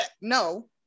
no